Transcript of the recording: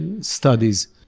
studies